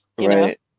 right